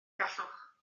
gallwch